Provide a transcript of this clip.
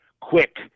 quick